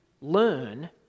learn